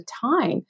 time